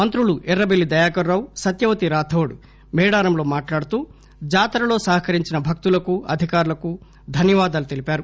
మంత్రులు ఎర్రబెల్లి దయాకరరావు సత్యవతి రాథోడ్ మేడారంలో మాట్లాడుతూ జాతరలో సహాకరించిన భక్తులకు అధికారులకు ధన్వవాదాలు తెలిపారు